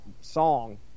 song